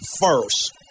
first